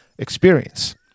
Experience